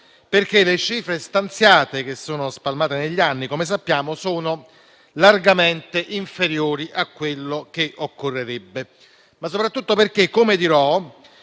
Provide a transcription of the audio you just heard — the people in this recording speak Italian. perché le cifre stanziate che sono spalmate negli anni - come sappiamo - sono largamente inferiori a quello che occorrerebbe, ma soprattutto perché il